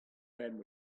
pemp